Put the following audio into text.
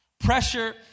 Pressure